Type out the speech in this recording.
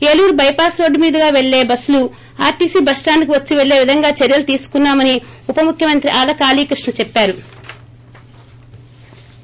Eluru bypass road మీదుగా పెళ్ళే bus లు ఆర్టీసీ బస్టాండ్ కు వచ్చి పెళ్ళే విధంగా చర్యలు తీసుకున్నా మని ఉప ముఖ్యమంత్రి ఆళ్ళ కాళీ కృష్ణ చెప్పారు